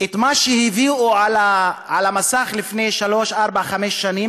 את מה שהביאו על המסך לפני שלוש-ארבע-חמש שנים,